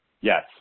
Yes